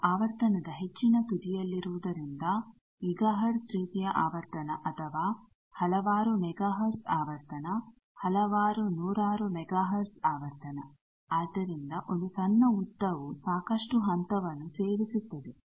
ನಾವು ಆವರ್ತನದ ಹೆಚ್ಚಿನ ತುದಿಯಲ್ಲಿರುವುದರಿಂದ ಗಿಗಾಹರ್ಟ್ಜ್ ರೀತಿಯ ಆವರ್ತನ ಅಥವಾ ಹಲವಾರು ಮೆಗಾಹರ್ಟ್ಜ್ ಆವರ್ತನ ಹಲವಾರು ನೂರಾರು ಮೆಗಾಹರ್ಟ್ಜ್ ಆವರ್ತನ ಆದ್ದರಿಂದ ಒಂದು ಸಣ್ಣ ಉದ್ದವು ಸಾಕಷ್ಟು ಹಂತವನ್ನು ಸೇರಿಸುತ್ತದೆ